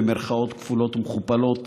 במירכאות כפולות ומכופלות,